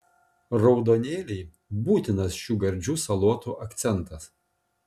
raudonėliai būtinas šių gardžių salotų akcentas